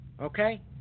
okay